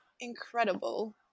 incredible